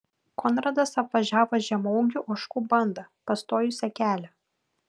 konradas apvažiavo žemaūgių ožkų bandą pastojusią kelią